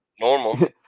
Normal